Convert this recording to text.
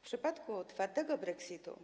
W przypadku twardego brexitu